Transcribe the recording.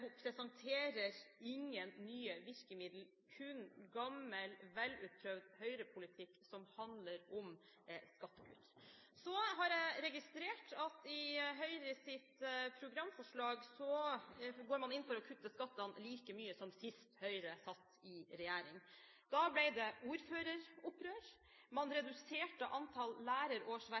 presenterer ingen nye virkemidler, kun gammel, velutprøvd Høyre-politikk som handler om skattekutt. Så har jeg registrert at i Høyres programforslag går man inn for å kutte skattene like mye som sist Høyre satt i regjering. Da ble det ordføreropprør, man reduserte